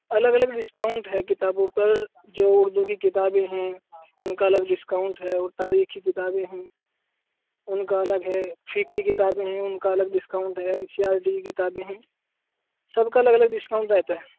الگ الگ ڈسکاؤنٹ ہے کتابوں پر جو اردو کی کتابیں ہیں ان کا الگ ڈسکاؤنٹ ہے اور تاریخ کی کتابیں ہیں ان کا الگ ہے فقہ کی کتابیں ہیں ان کا الگ ڈسکاؤنٹ ہے این سی آر ٹی کی کتابیں ہیں سب کا الگ الگ ڈسکاؤنٹ رہتا ہے